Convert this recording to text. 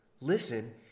Listen